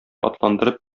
атландырып